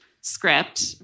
script